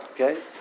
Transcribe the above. okay